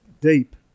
deep